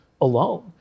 alone